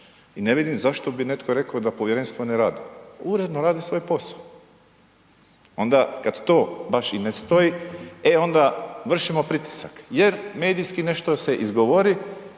i ne vidim zašto bi netko rekao da povjerenstvo ne radi, uredno radi svoj posao. Onda kad to baš i ne stoji, e onda vršimo pritisak jer medijski nešto se izgovori,